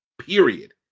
period